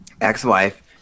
ex-wife